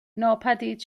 ناپدید